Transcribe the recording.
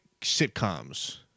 sitcoms